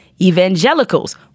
Evangelicals